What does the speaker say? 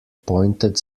pointed